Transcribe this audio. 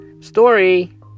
story